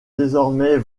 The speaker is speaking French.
désormais